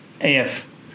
AF